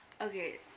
Okay